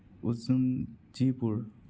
যিবোৰ